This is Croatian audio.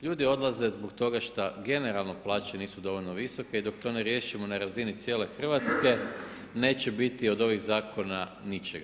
Ljudi odlaze zbog toga što generalno plaće nisu dovoljno visoke i dok to ne riješimo na razini cijele Hrvatske neće biti od ovih zakona ničega.